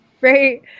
right